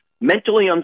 mentally